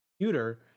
computer